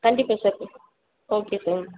கண்டிப்பாக sir okay sir